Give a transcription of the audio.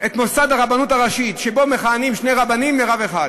את מוסד הרבנות הראשית שבו מכהנים שני רבנים כדי שיהיה רב אחד?